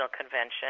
Convention